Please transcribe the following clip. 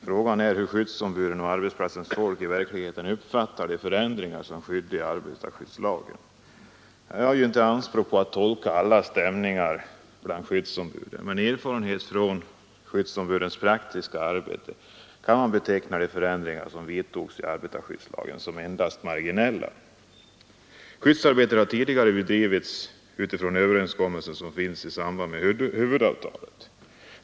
Frågan är hur skyddsombuden och arbetsplatsens folk i verkligheten uppfattar de förändringar som skett i arbetarskyddslagen. Jag gör inte anspråk på att tolka alla stämningar bland skyddsombuden, men med erfarenhet från skyddsombudens praktiska arbete kan man beteckna de förändringar som vidtogs i arbetarskyddslagen som endast marginella. Skyddsarbetet har tidigare bedrivits utifrån de överenskommelser som finns i samband med huvudavtalet.